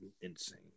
insane